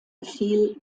befehl